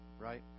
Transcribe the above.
right